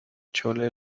chole